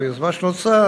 ביוזמה שהוא נוצר,